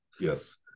Yes